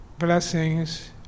blessings